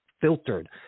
filtered